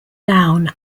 down